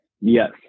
Yes